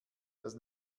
das